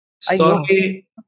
story